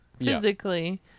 physically